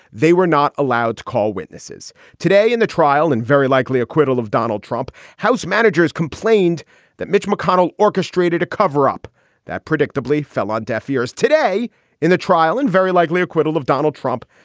they were not allowed to call witnesses today in the trial and very likely acquittal of donald trump. house managers complained that mitch mcconnell orchestrated a cover up that predictably fell on deaf ears today in the trial and very likely acquittal of donald trump.